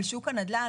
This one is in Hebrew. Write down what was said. על שוק הנדל"ן,